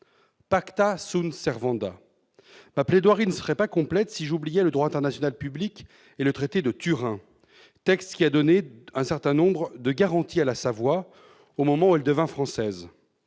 rendue rapidement. : ma plaidoirie ne serait pas complète si j'oubliais le droit international public et le traité de Turin, texte qui a donné un certain nombre de garanties à la Savoie au moment où elle devint française.